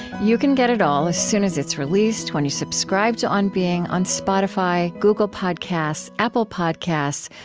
you can get it all as soon as it's released when you subscribe to on being on spotify, google podcasts, apple podcasts,